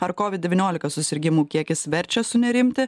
ar kovid devyniolika susirgimų kiekis verčia sunerimti